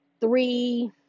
three